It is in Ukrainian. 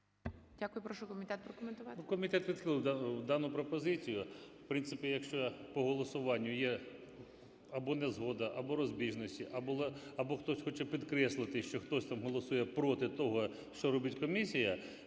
Дякую. Прошу комітет прокоментувати.